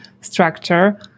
structure